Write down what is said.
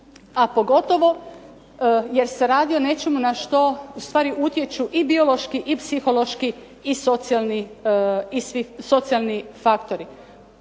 a pogotovo jer se radi o nečemu na što ustvari utječu i biološki i psihološki i socijalni faktori.